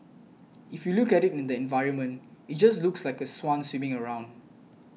if you look at it in the environment it just looks like a swan swimming around